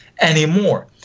anymore